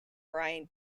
brian